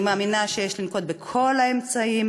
אני מאמינה שיש לנקוט את כל האמצעים